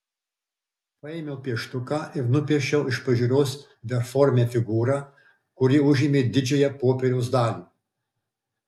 paėmiau pieštuką ir nupiešiau iš pažiūros beformę figūrą kuri užėmė didžiąją popieriaus dalį